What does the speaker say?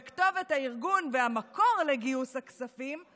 וכתובת הארגון והמקור לגיוס הכספים,